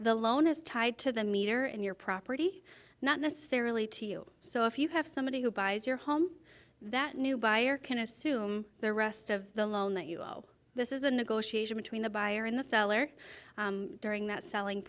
the loan is tied to the meter in your property not necessarily to you so if you have somebody who buys your home that new buyer can assume the rest of the loan that you owe this is a negotiation between the buyer and the seller during that selling